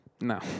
No